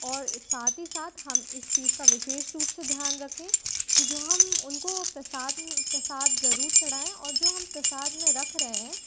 और साथ ही साथ हम इस चीज़ का विशेष रूप से ध्यान रखें कि जो हम उनको प्रसाद प्रसाद ज़रूर चढ़ाए और जो हम प्रसाद में रख रहे हैं